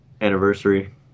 Anniversary